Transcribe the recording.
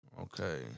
Okay